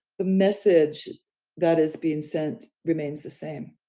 the message that is being sent remains the same.